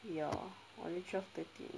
ya on twelve thirteen